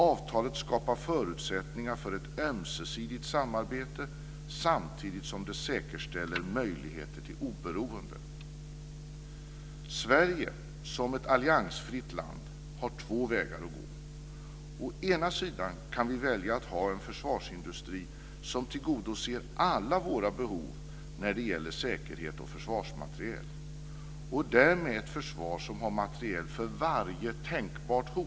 Avtalet skapar förutsättningar för ett ömsesidigt samarbete samtidigt som det säkerställer möjligheter till oberoende. Sverige som ett alliansfritt land har två vägar att gå. Å ena sidan kan vi välja att ha en försvarsindustri som tillgodoser alla våra behov när det gäller säkerhet och försvarsmateriel och därmed ett försvar som har materiel för varje tänkbart hot.